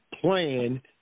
plan